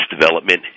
development